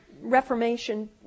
Reformation